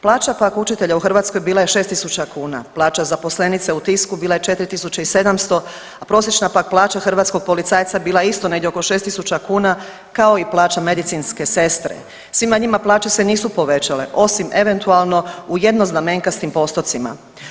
Plaća pak učitelja u Hrvatskoj bila je 6.000 kuna, plaća zaposlenice u Tisku bila je 4.700, a prosječna pak plaća hrvatskog policajca bila je isto negdje oko 6.000 kuna kao i plaća medicinske sestre svima njima se plaće nisu povećale osim eventualno u jednoznamenkastim postocima.